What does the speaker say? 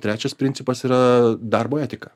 trečias principas yra darbo etika